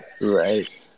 Right